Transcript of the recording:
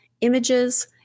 images